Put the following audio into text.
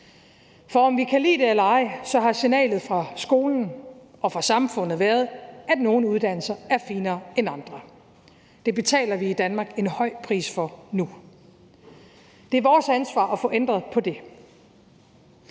For om vi kan lide det eller ej, har signalet fra skolen og fra samfundet været, at nogle uddannelser er finere end andre. Det betaler vi i Danmark en høj pris for nu. Det er vores ansvar at få ændret på det.